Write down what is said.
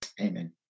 Amen